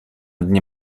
dnie